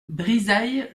brizailles